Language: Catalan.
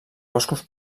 boscos